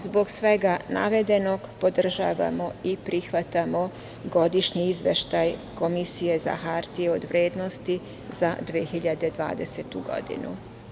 Zbog svega navedenog, podržavamo i prihvatamo Godišnji izveštaj Komisije za hartije od vrednosti za 2020. godinu.